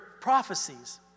prophecies